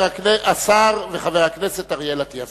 השר אריאל אטיאס.